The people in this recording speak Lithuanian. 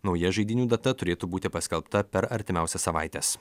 nauja žaidynių data turėtų būti paskelbta per artimiausias savaites